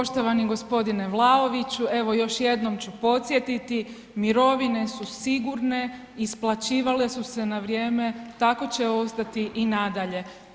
Poštovani g. Vlaoviću, evo još jednom ću podsjetiti, mirovine su sigurne, isplaćivale su se na vrijeme, tako će ostati i nadalje.